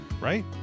right